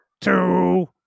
two